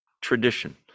tradition